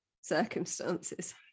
circumstances